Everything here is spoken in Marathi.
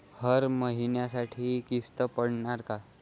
हर महिन्यासाठी किस्त पडनार का?